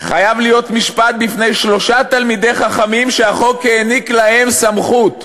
חייב להיות משפט בפני שלושה תלמידי חכמים שהחוק העניק להם סמכות,